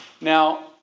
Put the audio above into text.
Now